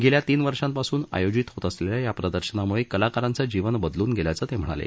गेल्या तीन वर्षापासुन आयोजित होत असलेल्या या प्रदर्शनामुळे कलाकारांचं जीवन बदलुन गेल्याचं ते म्हणाले